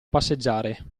passeggiare